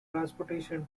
transportation